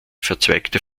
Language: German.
verzweigte